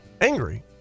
angry